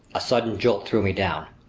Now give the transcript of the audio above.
a sudden jolt threw me down.